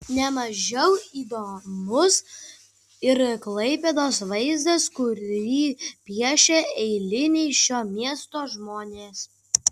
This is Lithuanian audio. ne mažiau įdomus ir klaipėdos vaizdas kurį piešia eiliniai šio miesto žmonės